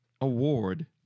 award